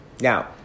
Now